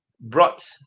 brought